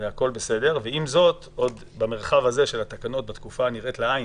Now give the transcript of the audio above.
עם זאת במרחב הזה של התקנות בתקופה הנראית לעין,